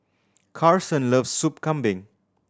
Karson loves Soup Kambing